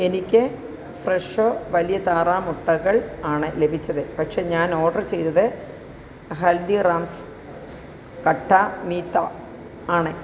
എനിക്ക് ഫ്രെഷോ വലിയ താറാവു മുട്ടകൾ ആണ് ലഭിച്ചത് പക്ഷേ ഞാൻ ഓർഡർ ചെയ്തത് ഹൽദിറാംസ് ഖട്ടാ മീത്ത ആണ്